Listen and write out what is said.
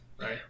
Right